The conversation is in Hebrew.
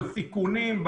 בסיכונים,